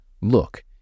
look